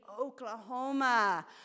Oklahoma